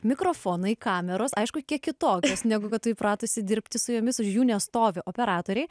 mikrofonai kameros aišku kiek kitokios negu kad tu įpratusi dirbti su jomis už jų nestovi operatoriai